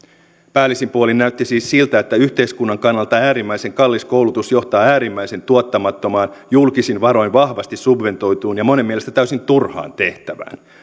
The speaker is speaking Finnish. päällisin puolin näytti siis siltä että yhteiskunnan kannalta äärimmäisen kallis koulutus johtaa äärimmäisen tuottamattomaan julkisin varoin vahvasti subventoituun ja monen mielestä täysin turhaan tehtävään